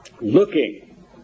Looking